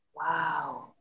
Wow